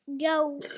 go